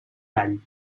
gall